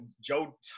Joe